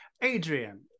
Adrian